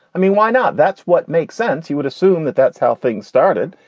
i mean, why not? that's what makes sense. you would assume that that's how things started.